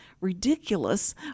ridiculous